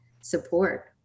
support